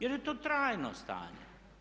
Jer je to trajno stanje.